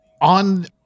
on